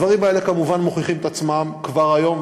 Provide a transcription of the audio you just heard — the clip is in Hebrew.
הדברים האלה כמובן מוכיחים את עצמם כבר היום,